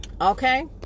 Okay